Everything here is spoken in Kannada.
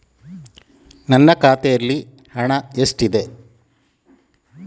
ನನ್ನ ಖಾತೆಯಲ್ಲಿ ಹಣ ಎಷ್ಟಿದೆ?